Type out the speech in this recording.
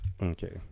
Okay